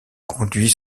conduit